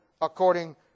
according